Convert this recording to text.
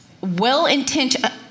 well-intentioned